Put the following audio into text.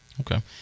Okay